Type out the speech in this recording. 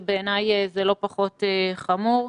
שבעיניי זה לא פחות חמור.